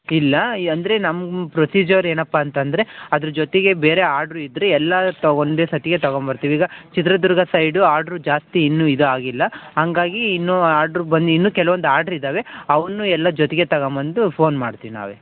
ಇಲ್ಲ ಈ ಅಂದರೆ ನಮ್ಮ ಪ್ರೊಸೀಜರ್ ಏನಪ್ಪ ಅಂತಂದರೆ ಅದ್ರ ಜೊತೆಗೆ ಬೇರೆ ಆರ್ಡ್ರ್ ಇದ್ದರೆ ಎಲ್ಲ ತಗ್ ಒಂದೇ ಸರ್ತಿಗೆ ತಗೊಂಬರ್ತಿವಿ ಈಗ ಚಿತ್ರದುರ್ಗದ ಸೈಡು ಆರ್ಡ್ರ್ ಜಾಸ್ತಿ ಇನ್ನು ಇದು ಆಗಿಲ್ಲ ಹಂಗಾಗೀ ಇನ್ನು ಆರ್ಡ್ರ್ ಬಂದು ಇನ್ನು ಕೆಲವೊಂದು ಆರ್ಡ್ರ್ ಇದ್ದಾವೆ ಅವನ್ನು ಎಲ್ಲ ಜೊತೆಗೆ ತಗೋಬಂದು ಫೋನ್ ಮಾಡ್ತೀವಿ ನಾವೇ